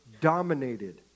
dominated